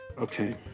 Okay